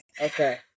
Okay